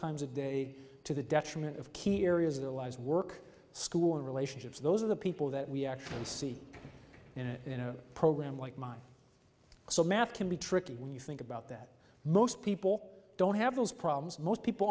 times a day to the detriment of key areas of their lives work school relationships those are the people that we actually see in a program like mine so math can be tricky when you think about that most people don't have those problems most people